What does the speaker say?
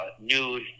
nude